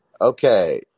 Okay